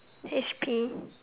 H_P